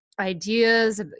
ideas